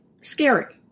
scary